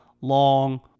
long